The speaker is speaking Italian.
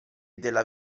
della